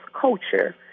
culture